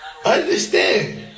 Understand